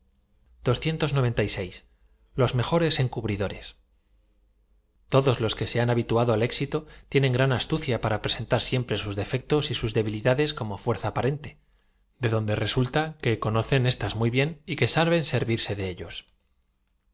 sus partidos con afirmaciones os mejores encubridores todos loa que se han habituado al éxito tienen gran astucia para presentar siempre sus defectos y sus d e bilidades como fuerza aparente de donde resulta que conocen éstas muy bien y que saben servirse de ellos